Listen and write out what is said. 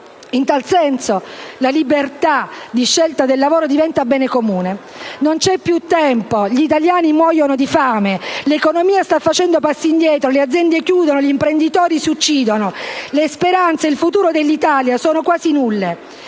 In tal senso, la libertà di scelta del lavoro diventa bene comune. Non c'è più tempo. Gli italiani muoiono di fame, l'economia sta facendo passi indietro, le aziende chiudono, gli imprenditori si uccidono, le speranze e il futuro dell'Italia sono quasi nulle.